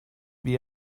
wie